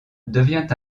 devient